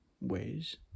ways